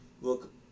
look